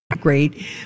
great